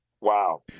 Wow